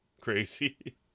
crazy